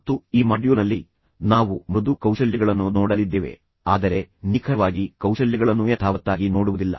ಮತ್ತು ಈ ಮಾಡ್ಯೂಲ್ನಲ್ಲಿ ನಾವು ಮೃದು ಕೌಶಲ್ಯಗಳನ್ನು ನೋಡಲಿದ್ದೇವೆ ಆದರೆ ನಿಖರವಾಗಿ ಕೌಶಲ್ಯಗಳನ್ನುಯಥಾವತ್ತಾಗಿ ನೋಡುವುದಿಲ್ಲ